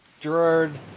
Gerard